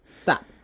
Stop